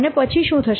અને પછી શું થશે